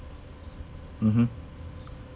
mmhmm